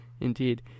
Indeed